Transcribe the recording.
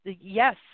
yes